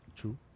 True